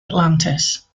atlantis